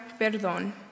perdón